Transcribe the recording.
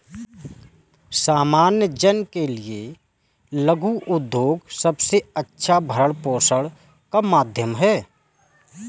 सामान्य जन के लिये लघु उद्योग सबसे अच्छा भरण पोषण का माध्यम है